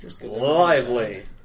Lively